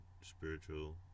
spiritual